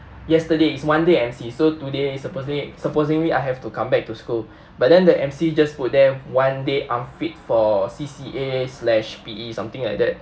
yesterday it's one day M_C so today supposedly supposingly I have to come back to school but then the M_C just put them one day unfit for C_C_A slash P_E something like that